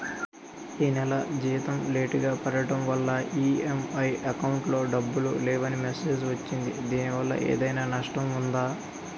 ఈ నెల జీతం లేటుగా పడటం వల్ల ఇ.ఎం.ఐ అకౌంట్ లో డబ్బులు లేవని మెసేజ్ వచ్చిందిదీనివల్ల ఏదైనా నష్టం ఉందా?